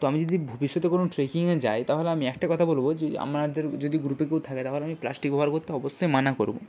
তো আমি যদি ভবিষ্যতে কোনো ট্রেকিংয়ে যাই তাহলে আমি একটা কথা বলব যে আমাদের যদি গ্রুপে কেউ থাকে তাহলে আমি প্লাস্টিক ব্যবহার করতে অবশ্যই মানা করব